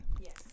Yes